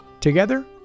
Together